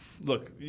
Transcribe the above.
look